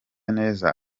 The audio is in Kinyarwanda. neza